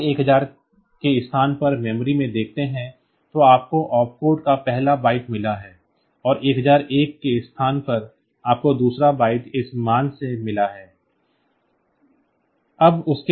यदि आप 1000 के स्थान पर मेमोरी में देखते हैं तो आपको ओपकोड का पहला बाइट मिला है और 1001 के स्थान पर आपको दूसरा बाइट इस मान से मिला है